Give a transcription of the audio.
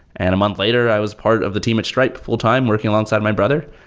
and a month later i was part of the team at stripe fulltime working alongside my brother.